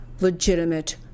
legitimate